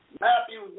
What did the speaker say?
Matthew